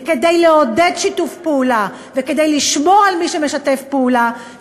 כדי לעודד שיתוף פעולה וכדי לשמור על מי שמשתף פעולה,